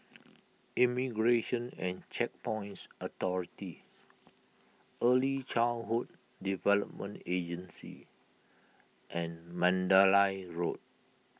Immigration and Checkpoints Authority Early Childhood Development Agency and Mandalay Road